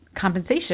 compensation